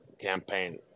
campaign